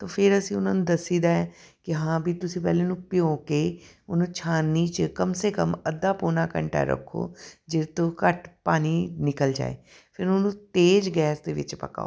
ਤਾਂ ਫਿਰ ਅਸੀਂ ਉਹਨਾਂ ਨੂੰ ਦੱਸੀਦਾ ਕਿ ਹਾਂ ਵੀ ਤੁਸੀਂ ਪਹਿਲੇ ਇਹਨੂੰ ਭਿਉਂ ਕੇ ਉਹਨੂੰ ਛਾਣਨੀ 'ਚ ਕਮ ਸੇ ਕਮ ਅੱਧਾ ਪੌਣਾ ਘੰਟਾ ਰੱਖੋ ਜਿਸ ਤੋਂ ਘੱਟ ਪਾਣੀ ਨਿਕਲ ਜਾਵੇ ਫਿਰ ਉਹਨੂੰ ਤੇਜ਼ ਗੈਸ ਦੇ ਵਿੱਚ ਪਕਾਉ